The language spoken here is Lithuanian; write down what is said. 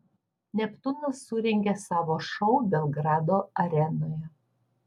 neptūnas surengė savo šou belgrado arenoje